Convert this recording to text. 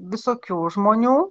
visokių žmonių